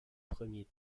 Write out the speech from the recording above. premier